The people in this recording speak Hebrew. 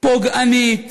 פוגענית